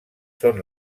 són